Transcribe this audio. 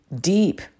deep